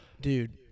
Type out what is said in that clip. dude